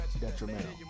detrimental